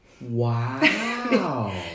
Wow